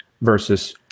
versus